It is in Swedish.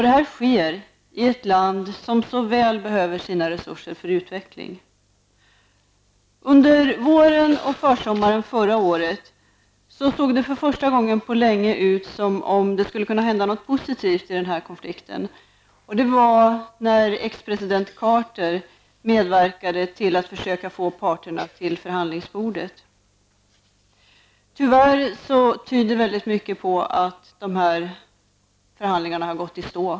Det sker i ett land som så väl behöver sina resurser för utveckling. Under våren och försommaren förra året såg det för första gången på länge ut som om det skulle kunna hända någonting positivt i den konflikten. Det var när expresident Carter medverkade till att försöka få parterna till förhandlingsbordet. Tyvärr tyder mycket på att de förhandlingarna har gått i stå.